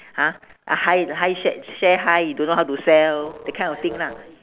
ha ah high high share share high you don't know how to sell that kind of thing lah